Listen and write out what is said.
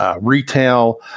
retail